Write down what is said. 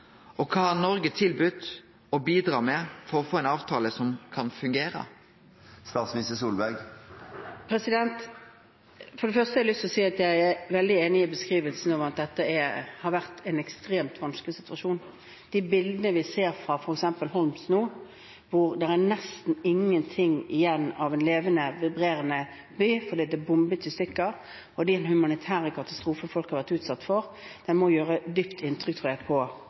Og kva har Noreg tilbydd å bidra med for å få ein avtale som kan fungere? For det første har jeg lyst til å si at jeg er veldig enig i beskrivelsen, at dette har vært en ekstremt vanskelig situasjon. De bildene vi ser fra f.eks. Homs nå, hvor nesten ingenting er igjen av en levende, vibrerende by fordi den er bombet i stykker, og den humanitære katastrofen folk har vært utsatt for, tror jeg må gjøre dypt inntrykk på